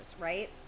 right